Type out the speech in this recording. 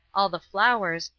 all the flowers,